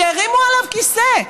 שהרימו עליו כיסא,